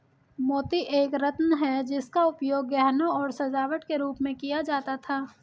मोती एक रत्न है जिसका उपयोग गहनों और सजावट के रूप में किया जाता था